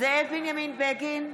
זאב בנימין בגין,